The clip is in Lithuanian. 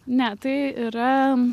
ne tai yra